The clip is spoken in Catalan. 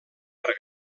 per